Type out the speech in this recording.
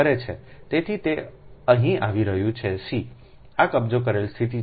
તેથી તે અહીં આવી રહ્યું છે c એ કબજે કરેલી સ્થિતિ છે b